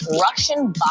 Russian